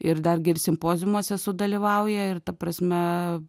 ir dargi ir simpoziumuose sudalyvauja ir ta prasme